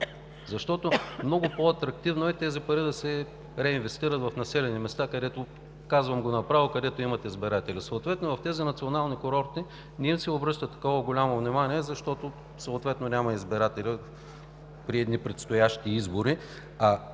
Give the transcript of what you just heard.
защото е много по атрактивно тези пари да се реинвестират в населени места, където – казвам го направо, имат избиратели. На тези национални курорти не се обръща такова голямо внимание, защото няма избиратели при едни предстоящи избори,